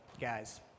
guys